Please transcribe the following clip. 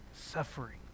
suffering